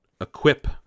equip